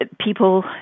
people